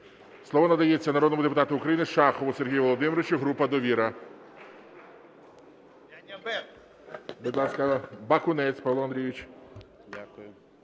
Слово надається народному депутату України Шахову Сергію Володимировичу, група "Довіра". Будь ласка, Бакунець Павло Андрійович.